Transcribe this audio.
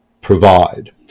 provide